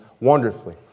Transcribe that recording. wonderfully